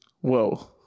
Whoa